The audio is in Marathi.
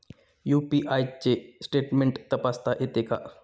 यु.पी.आय चे स्टेटमेंट तपासता येते का?